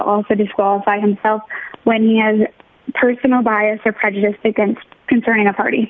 also disqualify himself when he has a personal bias or prejudice against concerning a party